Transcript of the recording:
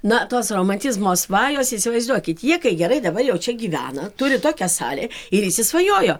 na tos romantizmo svajos įsivaizduokit jie kai gerai dabar jau čia gyvena turi tokią salę ir įsisvajojo